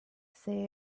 say